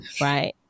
right